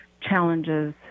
challenges